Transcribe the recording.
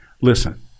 Listen